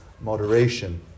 moderation